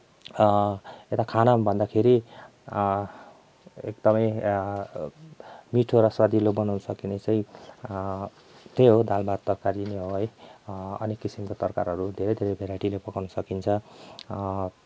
यता खाना भन्दाखेरि एकदमै मिठो र स्वादिलो बनाउन सकिने चाहिँ त्यही हो दाल भात तरकारी नै हो है अनेक किसिमको तरकारीहरू धेरै धेरै भेराइटीले पकाउन सकिन्छ